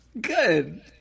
Good